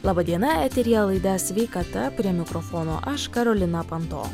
laba diena eteryje laida sveikata prie mikrofono aš karolina panto